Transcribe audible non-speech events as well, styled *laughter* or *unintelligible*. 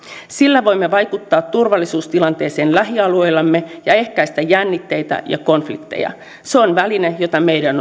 sillä voimme vaikuttaa turvallisuustilanteeseen lähialueillamme ja ehkäistä jännitteitä ja konflikteja se on väline jota meidän *unintelligible*